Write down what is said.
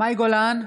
מאי גולן,